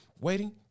waiting